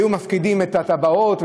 היו מפקידים את הטבעות,